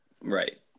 Right